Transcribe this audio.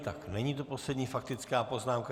Tak není to poslední faktická poznámka.